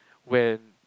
when